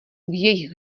jejich